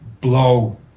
blow